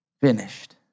finished